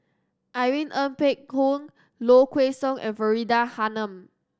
Irene Ng Phek Hoong Low Kway Song and Faridah Hanum